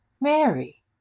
Mary